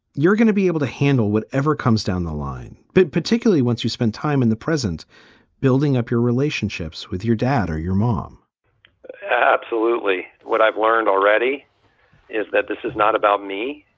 you're going to be able to handle whatever comes down the line, but particularly once you spend time in the presence building up your relationships with your dad or your mom absolutely. what i've learned already is that this is not about me,